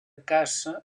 caça